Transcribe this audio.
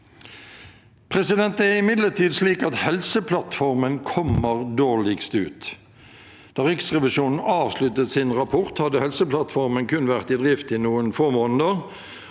Det er imidlertid slik at Helseplattformen kommer dårligst ut. Da Riksrevisjonen avsluttet sin rapport, hadde Helseplattformen kun vært i drift i noen få måneder.